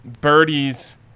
birdies